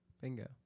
Bingo